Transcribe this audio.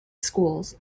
schools